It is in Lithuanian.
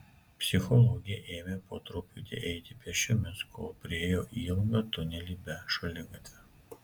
psichologė ėmė po truputį eiti pėsčiomis kol priėjo ilgą tunelį be šaligatvio